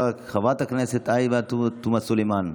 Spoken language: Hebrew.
חברת הכנסת עאידה תומא סלימאן,